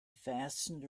fastened